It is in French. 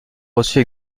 reçue